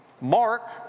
Mark